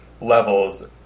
levels